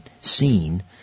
seen